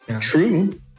True